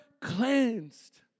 cleansed